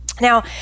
Now